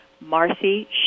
Marcy